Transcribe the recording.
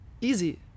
easy